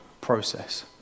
process